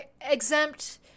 exempt